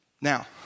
Now